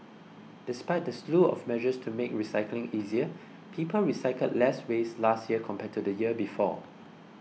despite the slew of measures to make recycling easier people recycled less waste last year compared to the year before